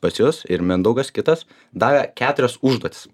pas jus ir mindaugas kitas davė keturias užduotis